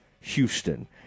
Houston